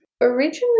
Originally